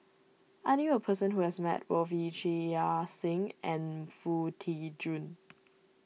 I knew a person who has met both Yee Chia Hsing and Foo Tee Jun